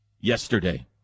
yesterday